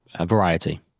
variety